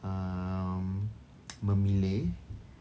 um memilih